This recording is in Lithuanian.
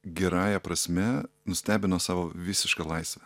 gerąja prasme nustebino savo visiška laisve